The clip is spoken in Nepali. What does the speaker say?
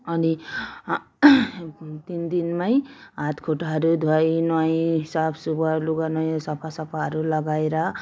अनि दिन दिनमै हात खुट्टाहरू धुवाइ नुहाइ साफसुग्घर लुगा नयाँ सफासफाहरू लगाएर